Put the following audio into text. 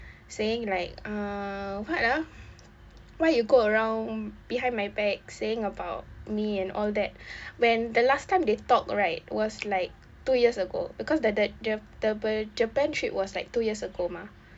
saying like um what ah why you go around behind my back saying about me and all that when the last time they talk right was like two years ago because that that the the japan trip was like two years ago mah